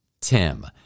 Tim